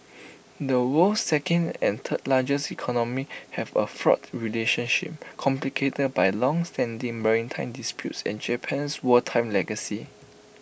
the world's second and third largest economies have A fraught relationship complicated by longstanding maritime disputes and Japan's wartime legacy